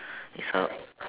is her